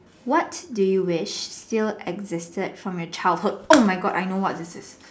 what do you wish still existed from your childhood oh my God I know what this is